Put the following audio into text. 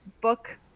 book